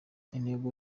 intego